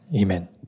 Amen